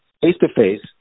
face-to-face